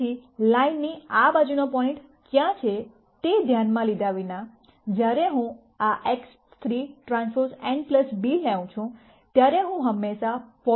તેથી લાઈનની આ બાજુનો પોઇન્ટ ક્યાં છે તે ધ્યાનમાં લીધા વિના જ્યારે હું આ X3 Tn b લેઉં છું ત્યારે હું હંમેશાં પોઝિટિવ વૅલ્યુ પ્રાપ્ત કરીશ